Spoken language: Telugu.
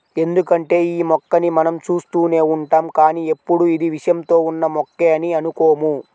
ఎందుకంటే యీ మొక్కని మనం చూస్తూనే ఉంటాం కానీ ఎప్పుడూ ఇది విషంతో ఉన్న మొక్క అని అనుకోము